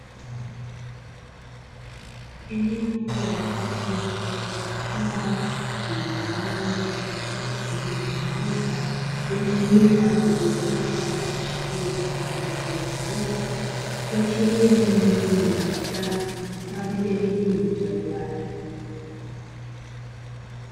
Eneo la wazi mfano wa shamba lililogawanywa katika safu zilizonyooka zenye mimea iliyoota na kuchipua kwa rangi ya kijani kibichi kuashiria ni eneo litumikalo kwa ajili ya kilimo cha kiwanda.